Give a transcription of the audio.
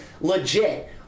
legit